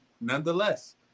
nonetheless